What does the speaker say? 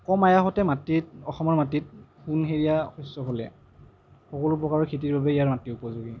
কম আয়াসতে মাটিত অসমৰ মাটিত সোণসেৰীয়া শস্য ফলিয়ায় সকলো প্ৰকাৰৰ খেতিৰ বাবেই ইয়াৰ মাটি উপযোগী